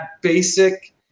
basic